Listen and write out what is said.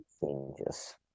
changes